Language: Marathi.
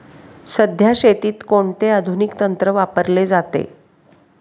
सध्या शेतीत कोणते आधुनिक तंत्र वापरले जाते?